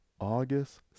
August